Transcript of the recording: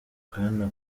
bwana